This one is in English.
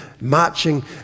marching